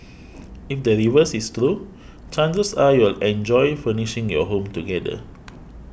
if the reverse is true chances are you'll enjoy furnishing your home together